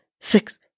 six